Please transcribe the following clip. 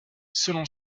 selon